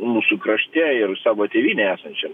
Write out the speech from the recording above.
mūsų krašte ir savo tėvynėj esančiam